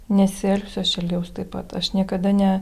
nesielgsiu aš elgiaus taip pat aš niekada ne